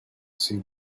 see